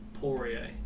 Poirier